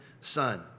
son